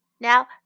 Now